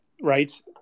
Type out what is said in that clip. right